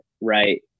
right